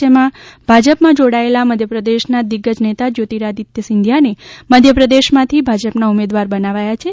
જેમાં ભાજપમાં જોડાયેલા મધ્યપ્રદેશના દિઝ્જ નેતા જ્યોતિરાદિત્ય સિંધિયાને મધ્યપ્રદેશમાંથી ભાજપના ઉમેદવાર બનાવાયા છે